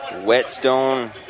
Whetstone